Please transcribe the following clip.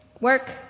work